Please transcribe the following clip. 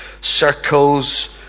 circles